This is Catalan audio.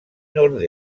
nord